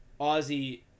ozzy